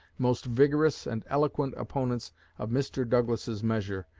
most vigorous and eloquent opponents of mr. douglas's measure,